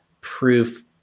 proof